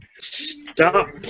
Stop